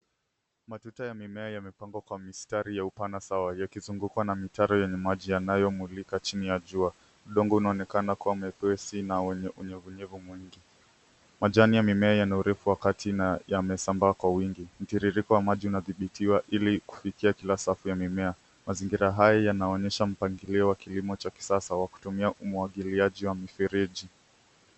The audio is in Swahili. Matuta ya mimea yamepangwa kwa mistari ya upana sawa yakizungukwa na mitaro ya maji yanayomulika chini ya jua. Udongo unaonekana kuwa mwepesi na wenye unyevunyevu mwingi. Majani ya mimea yana urefu wa kati na yamesambaa kwa uwingi. Mtiririko wa maji unadhibitiwa ili kufikia kila safu ya mimea. Mazingira haya yanaonyesha mpangilio wa kilimo cha kisasa kwa kutumia umwagiliaji wa mifereji.